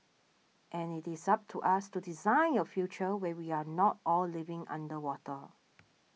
and it is up to us to design a future where we are not all living underwater